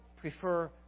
prefer